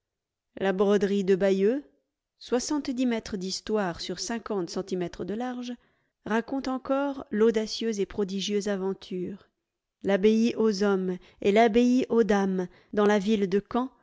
la broderie de large raconte encore l'audacieuse et prodigieuse aventure l'abbaye aux hommes et l'abbaye aux dames dans la ville de caen